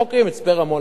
מצפה-רמון למשל.